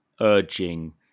urging